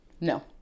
No